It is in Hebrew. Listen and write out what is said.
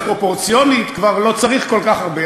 אז פרופורציונית כבר לא צריך כל כך הרבה.